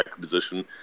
position